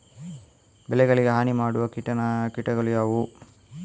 ಬೆಳೆಗಳಿಗೆ ಹಾನಿ ಮಾಡುವ ಕೀಟಗಳು ಯಾವುವು?